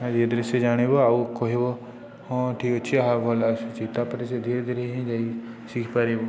ଧିରେ ଧୀରେ ସେ ଜାଣିବ ଆଉ କହିବ ହଁ ଠିକ୍ ଅଛି ହଁ ଭଲ ଆସୁଛି ତାପରେ ସେ ଧୀରେ ଧୀରେ ହିଁ ଯାଇକି ଶିଖିପାରିବ